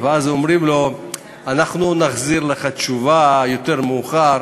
אומרים לו: אנחנו נחזיר לך תשובה יותר מאוחר.